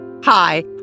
Hi